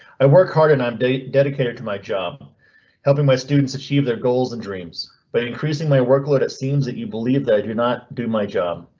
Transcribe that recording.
i work hard and i'm dedicated to my job helping my students achieve their goals and dreams, but increasing my workload. it seems that you believe that you're not do my job.